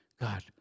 God